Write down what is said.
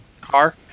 car